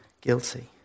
guilty